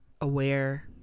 aware